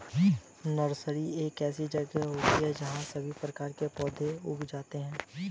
nursery एक ऐसी जगह होती है जहां सभी प्रकार के पौधे उगाए जाते हैं